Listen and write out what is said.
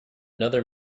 another